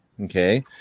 okay